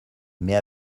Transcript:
mais